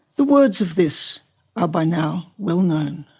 the words of this are by now well-known